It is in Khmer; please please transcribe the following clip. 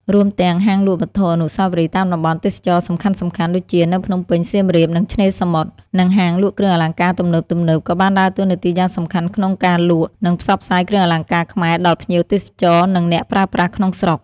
រួមទាំង ហាងលក់វត្ថុអនុស្សាវរីយ៍ តាមតំបន់ទេសចរណ៍សំខាន់ៗ (ដូចជានៅភ្នំពេញ សៀមរាប និងឆ្នេរសមុទ្រ) និងហាងលក់គ្រឿងអលង្ការទំនើបៗ ក៏បានដើរតួនាទីយ៉ាងសំខាន់ក្នុងការលក់ និងផ្សព្វផ្សាយគ្រឿងអលង្ការខ្មែរដល់ភ្ញៀវទេសចរ និងអ្នកប្រើប្រាស់ក្នុងស្រុក។